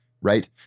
right